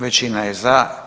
Većina je za.